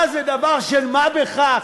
מה, זה דבר של מה בכך?